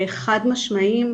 חד משמעיים,